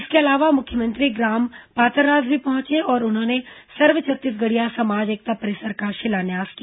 इसके अलावा मुख्यमंत्री ग्राम पातररास भी पहुंचे और उन्होंने सर्व छत्तीसगढ़िया समाज एकता परिसर का शिलान्यास किया